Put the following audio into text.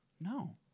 No